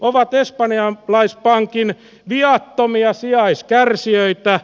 ovat espanjalaispankin viattomia sijaiskärsijöitä